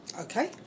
Okay